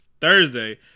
Thursday